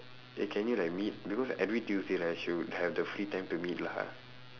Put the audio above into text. eh can you like meet because every tuesday right she will have the free time to meet lah